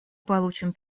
получим